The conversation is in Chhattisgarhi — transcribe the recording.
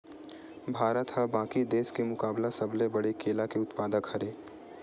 भारत हा बाकि देस के मुकाबला सबले बड़े केला के उत्पादक हरे